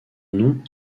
nom